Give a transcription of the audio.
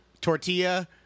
tortilla